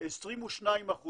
22%